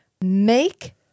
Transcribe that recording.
make